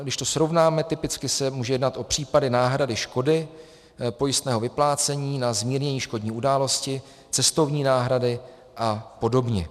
Když to srovnáme, typicky se může jednat o případy náhrady škody pojistného vyplácení na zmírnění škodní události, cestovní náhrady a podobně.